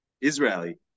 Israeli